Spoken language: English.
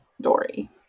Dory